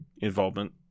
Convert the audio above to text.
involvement